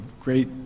great